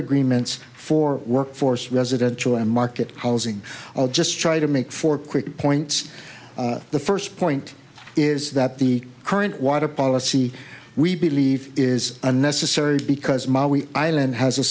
agreements for workforce residential and market housing i'll just try to make for quick points the first point is that the current water policy we believe is unnecessary because my wee island has a